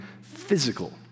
physical